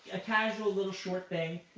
a casual little short thing